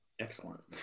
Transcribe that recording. excellent